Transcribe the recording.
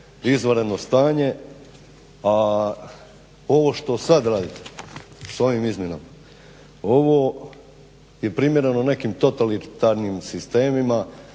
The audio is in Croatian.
izvanredno stanje a ovo što sad radite sa ovim izmjenama. Ovo je primjereno nekim totalitarnim sistemima,